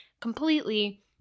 completely